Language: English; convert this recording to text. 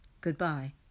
Goodbye